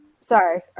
sorry